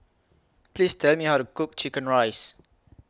Please Tell Me How to Cook Chicken Rice